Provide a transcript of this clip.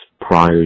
prior